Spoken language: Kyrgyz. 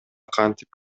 кантип